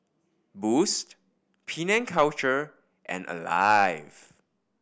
Boost Penang Culture and Alive